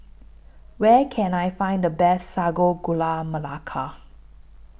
Where Can I Find The Best Sago Gula Melaka